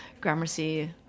Gramercy